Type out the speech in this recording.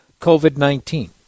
COVID-19